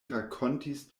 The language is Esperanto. rakontis